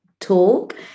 talk